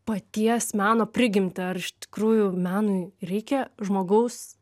paties meno prigimtį ar iš tikrųjų menui reikia žmogaus